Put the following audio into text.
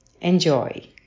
enjoy